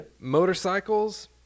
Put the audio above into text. Motorcycles